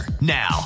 Now